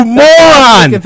moron